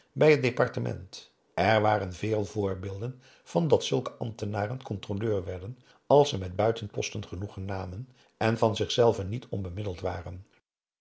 bij het departement er waren veel voorbeelden van dat zulke ambtenaren controleur werden als ze met buitenposten genoegen namen en van zichzelven niet onbemiddeld waren